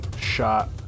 shot